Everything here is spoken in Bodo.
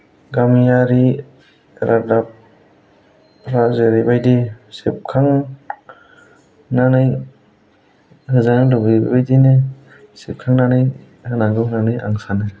गामियारि रादाबफ्रा जेरैबायदि सेबखांनानै होजानो लुबैयो बेबादिनो सेबखांनानै होनांगौ होननानै आं सानो